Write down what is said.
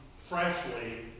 freshly